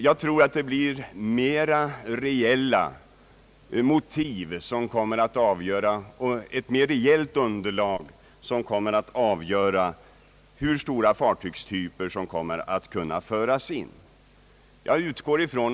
Jag tror att ett mera reellt underlag kommer att va ra avgörande för hur stora fartygstyper som skall kunna föras in i Östersjön.